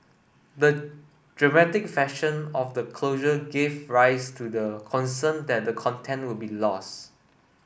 the dramatic fashion of the closure gave rise to the concern that the content would be lost